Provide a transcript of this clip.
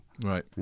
Right